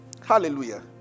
Hallelujah